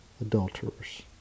adulterers